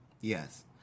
Yes